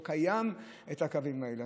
לא קיימים הקווים האלה.